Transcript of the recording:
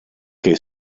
che